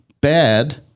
bad